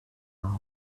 aus